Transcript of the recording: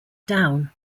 down